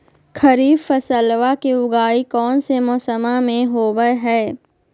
खरीफ फसलवा के उगाई कौन से मौसमा मे होवय है?